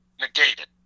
negated